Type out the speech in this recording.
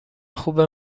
خوبه